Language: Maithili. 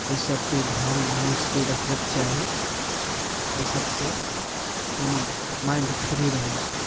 अइ सभके ध्यान मनुष्यके रखबाक चाही अइ सभसँ कनि माइन्ड फ्री रहै छै